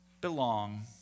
belong